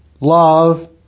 love